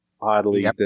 oddly